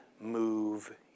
move